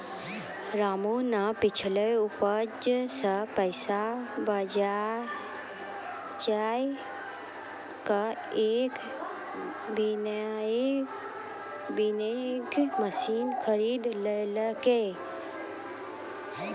रामू नॅ पिछलो उपज सॅ पैसा बजाय कॅ एक विनोइंग मशीन खरीदी लेलकै